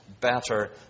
better